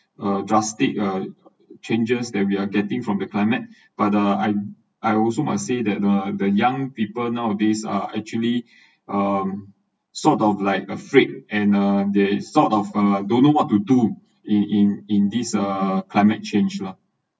uh drastic uh changes that we are getting from the climate but uh I I also must say that uh the young people nowadays are actually um sort of like afraid and uh there it's sort of uh don't know what to do in in in this uh climate change lah